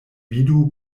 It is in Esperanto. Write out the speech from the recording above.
vidu